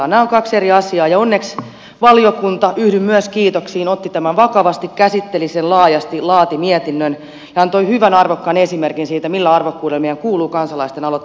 nämä ovat kaksi eri asiaa ja onneksi valiokunta yhdyn myös kiitoksiin otti tämän vakavasti käsitteli sen laajasti laati mietinnön ja antoi hyvän ja arvokkaan esimerkin siitä millä arvokkuudella meidän kuuluu kansalaisten aloitteita käsitellä